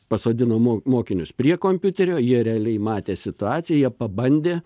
pasodinom mo mokinius prie kompiuterio jie realiai matė situaciją jie pabandė